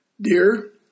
Dear